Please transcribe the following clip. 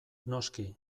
noski